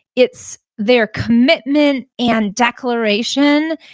it's their commitment, and declaration,